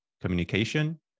communication